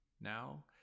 now